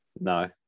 No